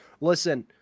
listen